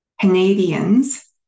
Canadians